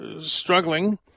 struggling